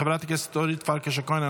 חברת הכנסת אורית פרקש הכהן,